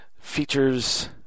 features